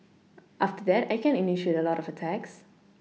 after that I can initiate a lot of attacks